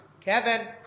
Kevin